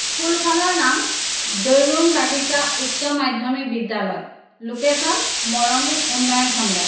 স্কুলখনৰ নাম দৈগুং বাগিচা উচ্চ মাধ্যমিক বিদ্যালয় লোকেশ্যন মৰঙি উন্নয়নখণ্ড